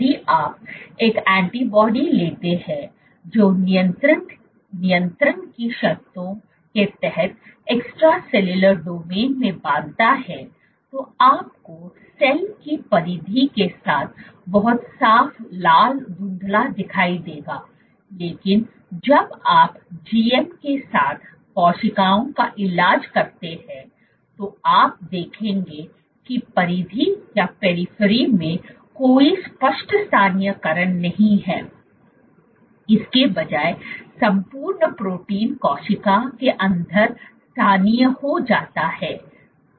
यदि आप एक एंटीबॉडी लेते हैं जो नियंत्रण की शर्तों के तहत एक्सट्रासेलुलर डोमेन में बांधता है तो आपको सेल की परिधि के साथ बहुत साफ लाल धुंधला दिखाई देगा लेकिन जब आप GM के साथ कोशिकाओं का इलाज करते हैं तो आप देखेंगे कि परिधि में कोई स्पष्ट स्थानीयकरण नहीं है इसके बजाय संपूर्ण प्रोटीन कोशिका के अंदर स्थानीय हो जाता है